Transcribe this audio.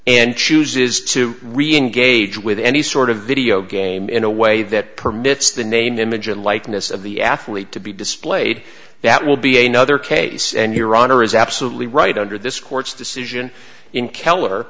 and chooses to reengage with any sort of video game in a way that permits the name image and likeness of the athlete to be displayed that will be a nother case and your honor is absolutely right under this court's decision in keller